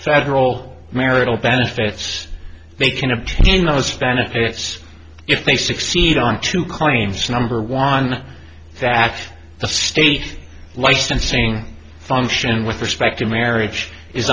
federal marital benefits they can obtain those benefits if they succeed on two claims number one that the state licensing function with respect to marriage is